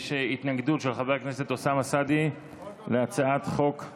יש התנגדות של חבר הכנסת אוסאמה סעדי להצעת חוק אחת,